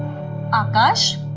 akash.